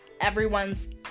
everyone's